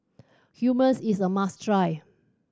hummus is a must try